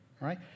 right